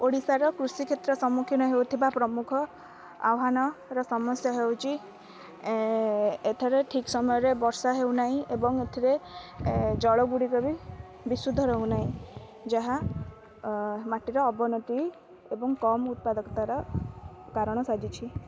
ଓଡ଼ିଶାର କୃଷିକ୍ଷେତ୍ର ସମୁଖୀନ ହେଉଥିବା ପ୍ରମୁଖ ଆହ୍ୱାନର ସମସ୍ୟା ହେଉଛି ଏଠାରେ ଠିକ୍ ସମୟରେ ବର୍ଷା ହେଉନାହିଁ ଏବଂ ଏଠାରେ ଜଳଗୁଡ଼ିକ ବି ବିଶୁଦ୍ଧ ରହୁନାହିଁ ଯାହା ମାଟିର ଅବନତି ଏବଂ କମ୍ ଉତ୍ପାଦକତାର କାରଣ ସାଜିଛି